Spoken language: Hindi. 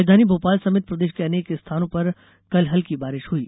राजधानी भोपाल समेत प्रदेश के अनेक स्थानों पर कल हल्की बारिश हुई